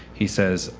he says,